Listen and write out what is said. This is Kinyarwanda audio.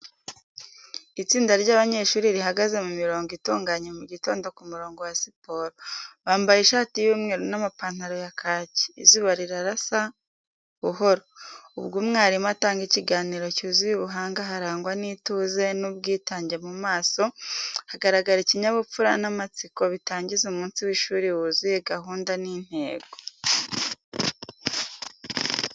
Itsinda ry'abanyeshuri rihagaze mu mirongo itunganye mu gitondo ku murongo wa siporo, bambaye ishati y’umweru n’amapantaro ya kaki. Izuba rirasa buhoro, ubwo umwarimu atanga ikiganiro cyuzuye ubuhanga harangwa n'ituze n’ubwitange mu maso hagaragara ikinyabupfura n’amatsiko bitangiza umunsi w’ishuri wuzuye gahunda n’intego.